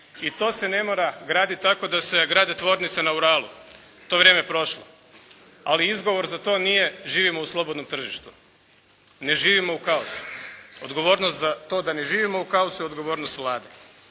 i to se ne mora graditi tako da se grade tvornice na Uralu. To je vrijeme prošlo, ali izgovor za to nije živimo u slobodnom tržištu, ne živimo u kaosu. Odgovornost za to da ne živimo u kaosu je odgovornost Vlade.